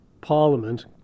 Parliament